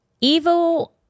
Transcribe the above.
Evil